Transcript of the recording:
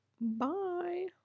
Bye